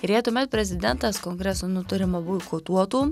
ir jei tuomet prezidentas kongreso nutarimą boikotuotų